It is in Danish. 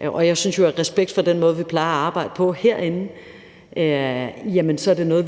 er noget, vi i respekt for den måde, vi plejer at arbejde på herinde,